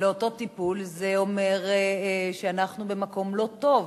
לאותו טיפול, זה אומר שאנחנו במקום לא טוב